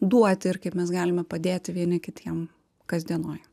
duoti ir kaip mes galime padėti vieni kitiem kasdienoj